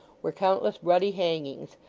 were countless ruddy hangings,